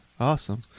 Awesome